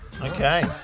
Okay